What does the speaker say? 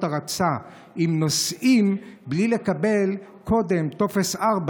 הרצה עם נוסעים בלי לקבל קודם טופס 4,